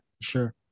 sure